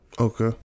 Okay